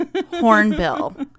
Hornbill